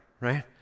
right